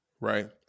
right